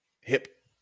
hip